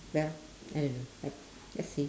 well I don't know I just say